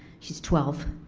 she's twelve.